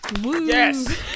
Yes